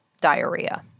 Diarrhea